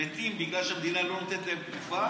שמתים בגלל שהמדינה לא נותנת להם תרופה